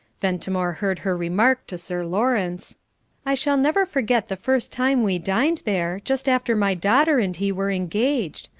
ventimore heard her remark to sir lawrence i shall never forget the first time we dined there, just after my daughter and he were engaged.